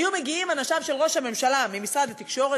היו מגיעים אנשיו של ראש הממשלה ממשרד התקשורת